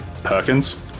Perkins